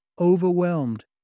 overwhelmed